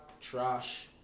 trash